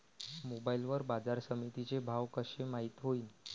Mobile वर बाजारसमिती चे भाव कशे माईत होईन?